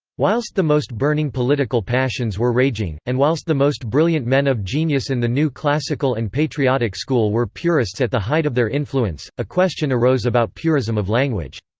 whilst the most burning political passions were raging, and whilst the most brilliant men of genius in the new classical and patriotic school were purists at the height of their influence, a question arose about purism of language.